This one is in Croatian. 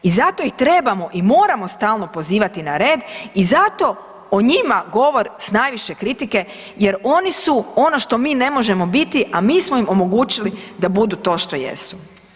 I zato ih trebamo i moramo stalno pozivati na red i zato o njima govore sa najviše kritike, jer oni su ono što mi ne možemo biti, a mi smo im omogućili da budu to što jesu.